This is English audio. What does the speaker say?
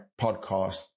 podcast